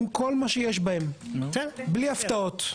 עם כל מה שיש בהם בלי הפתעות.